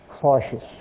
cautious